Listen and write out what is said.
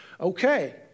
okay